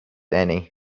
annie